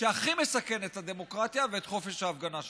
שהכי מסכן את הדמוקרטיה ואת חופש ההפגנה שלנו.